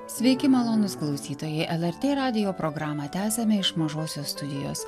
sveiki malonūs klausytojai lrt radijo programą tęsiame iš mažosios studijos